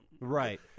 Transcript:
right